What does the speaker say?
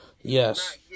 Yes